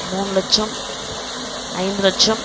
மூணு லட்சம் ஐந்து லட்சம்